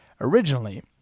Originally